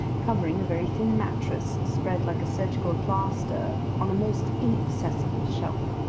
covering a very thin mattress, spread like a surgical plaster on a most inaccessible shelf.